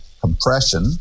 compression